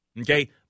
Okay